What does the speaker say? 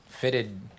Fitted